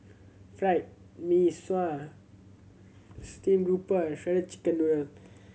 Fried Mee Sua steam grouper and shredded chicken noodle